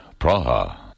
Praha